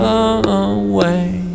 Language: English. away